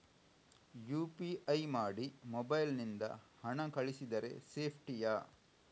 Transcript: UPI ಮಾಡಿ mobile ನಿಂದ ಹಣ ಕಳಿಸಿದರೆ ಸೇಪ್ಟಿಯಾ?